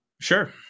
Sure